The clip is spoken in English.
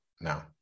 No